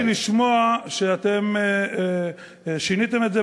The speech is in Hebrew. הופתעתי לשמוע שאתם שיניתם את זה,